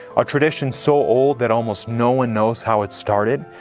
a tradition so old that almost no one knows how it started.